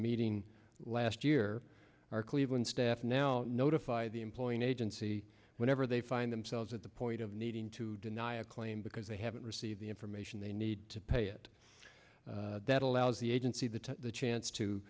meeting last year our cleveland staff now notify the employing agency whenever they find themselves at the point of needing to deny a claim because they haven't received the information they need to pay it that allows the agency that the chance to